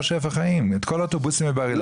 שפע חיים את כל האוטובוסים מבר אילן.